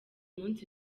munsi